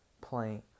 playing